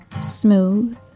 smooth